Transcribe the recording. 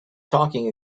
talking